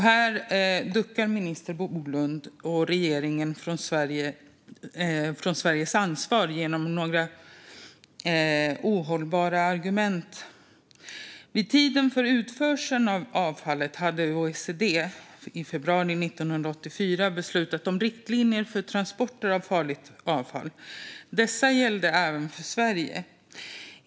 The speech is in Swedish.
Här duckar minister Bolund och regeringen från Sveriges ansvar genom några ohållbara argument. Vid tiden för utförseln av avfallet hade OECD i februari 1984 beslutat om riktlinjer för transporter av farligt avfall. Dessa gällde även för Sverige.